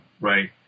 right